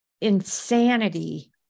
insanity